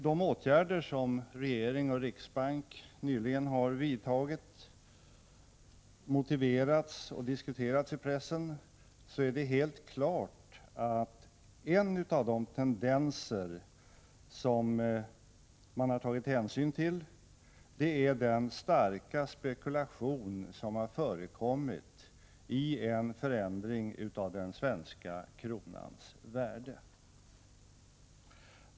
De åtgärder som regering och riksbank nyligen har vidtagit har motiverats och diskuterats i pressen, och det är helt klart att en av de tendenser som de har tagit hänsyn till är den starka spekulation som har förekommit i en förändring av den svenska kronans värde.